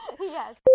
Yes